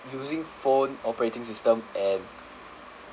using phone operating system and